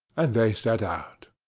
and they set out.